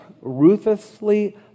ruthlessly